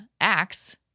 Acts